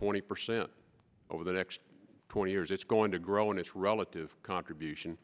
twenty percent over the next twenty years it's going to grow and its relative contribution